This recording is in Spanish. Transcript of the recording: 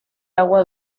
agua